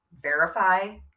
verify